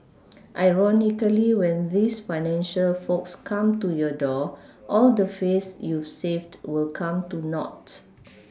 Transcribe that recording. ironically when these financial folks come to your door all the face you've saved will come to naught